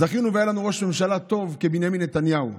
זכינו והיה לנו ראש ממשלה טוב כבנימין נתניהו.